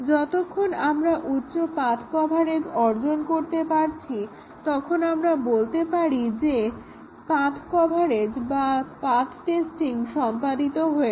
যতক্ষন আমরা উচ্চ পাথ কভারেজ অর্জন করতে পারছি তখন আমরা বলতে পারি যে পথ কভারেজ বা পাথ্ টেস্টিং সম্পন্ন হয়েছে